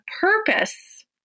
purpose